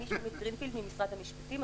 אני ממשרד המשפטים.